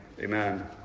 Amen